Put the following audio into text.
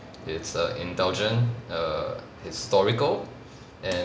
it's err indulgent err historical and